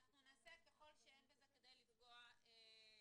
אנחנו נעשה "ככל שאין בזה כדי לפגוע בהליך